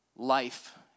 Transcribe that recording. Life